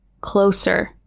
Closer